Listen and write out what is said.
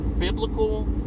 Biblical